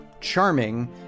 charming